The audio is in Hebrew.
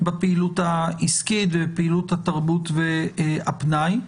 בפעילות העסקית ובפעילות התרבות והפנאי.